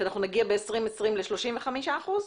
שנגיע ב-2020 ל-35%?